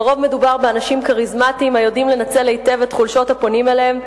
לרוב מדובר באנשים כריזמטיים היודעים לנצל היטב את חולשות הפונים אליהם.